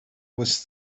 was